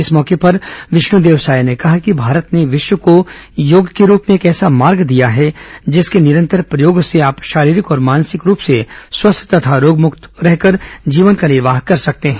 इस मौके पर विष्णदेव साय ने कहा कि भारत ने विश्व को योग के रूप में एक ऐसा मार्ग दिया है जिसके निरंतर प्रयोग से आप शारीरिक और मानसिक रूप से स्वस्थ तथा रोगमुक्त रहकर जीवन का निर्वाह कर सकते हैं